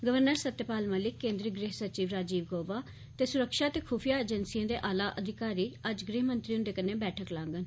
governor Satyapal Malik केन्द्रीय गृह सचिव राजीव गौबा ते सुरक्षा ते खुफिया एजेंसिए दे आला अफसर अज्ज गृहमंत्री हुंदे कन्नै बैठक लांगन